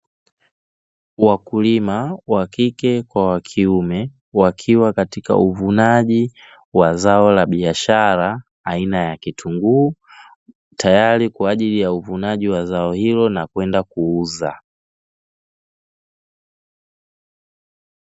Wakulima wakike kwa wakiume wakiwa katika uvunaji wa zaola biashara aina ya kitunguu tayari kwaajili ya kuvuna na kwenda kuuza.